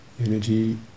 energy